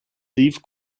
leave